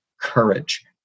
courage